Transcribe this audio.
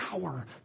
power